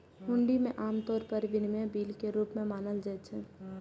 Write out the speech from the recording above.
हुंडी कें आम तौर पर विनिमय बिल के रूप मे मानल जाइ छै